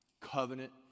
Covenant